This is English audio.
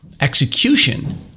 Execution